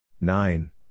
Nine